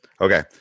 Okay